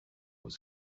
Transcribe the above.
was